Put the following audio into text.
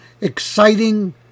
exciting